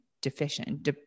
deficient